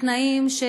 תנאים,